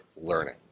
learning